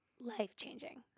life-changing